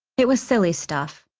it was silly stuff,